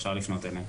אפשר לפנות אליהם.